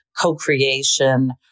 co-creation